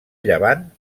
llevant